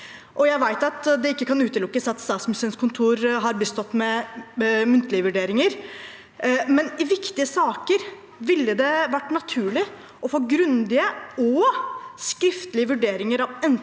Jeg vet at det ikke kan utelukkes at Statsministerens kontor har bistått med muntlige vurderinger, men i viktige saker ville det vært naturlig å få grundige og skriftlige vurderinger